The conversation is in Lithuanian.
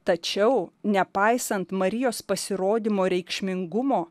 tačiau nepaisant marijos pasirodymo reikšmingumo